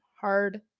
Hard